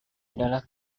adalah